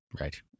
Right